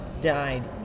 died